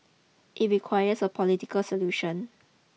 it requires a political solution